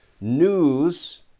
news